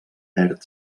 verd